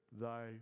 thy